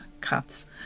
cuts